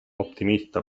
optimista